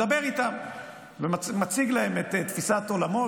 מדבר איתם ומציג להם את תפיסת עולמו,